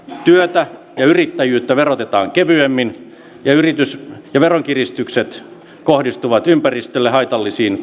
työtä ja yrittäjyyttä verotetaan kevyemmin ja veronkiristykset kohdistuvat ympäristölle haitallisiin